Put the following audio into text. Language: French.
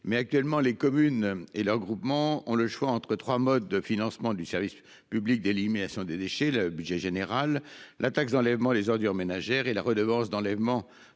Actuellement, les communes et leurs groupements ont le choix entre trois modes de financement du service public d'élimination des déchets : le budget général, la taxe d'enlèvement des ordures ménagères (Teom), la redevance d'enlèvement